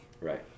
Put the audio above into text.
Right